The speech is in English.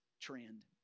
trend